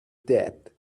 dead